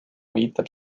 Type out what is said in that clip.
viitab